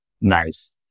Nice